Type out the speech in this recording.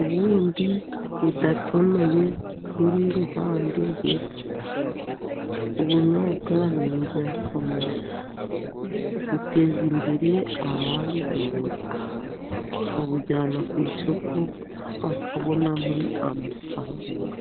Ubundi budatonoye buri iruhande hepfo. Ubunyobwa ni ingirakamaro. Buteza imbere ababuhinze. Babujyana ku isoko, bakabonamo amafaranga.